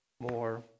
more